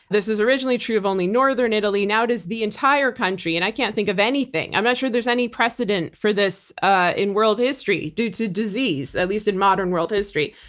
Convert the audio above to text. this is originally true of only northern italy. now it is the entire country and i can't think of anything. i'm not sure there's any precedent for this ah in world history due to disease, at least in modern world history.